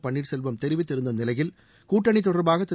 பள்ளீர்செல்வம் தெரிவித்திருந்த நிலையில் கூட்டணி தொடர்பாக திரு